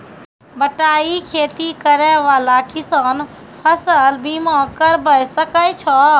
बटाई खेती करै वाला किसान फ़सल बीमा करबै सकै छौ?